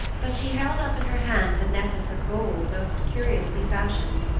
but she held up in her hands a necklace of gold most curiously fashioned.